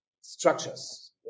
structures